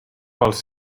pels